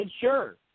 sure